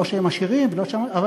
לא שהם עשירים, אבל